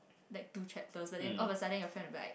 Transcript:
like two chapters but then all of a sudden your friend will be like